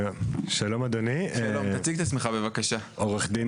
אסור לנו חברה או כמדינה לשכוח את האנשים שבדרך